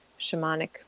shamanic